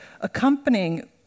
accompanying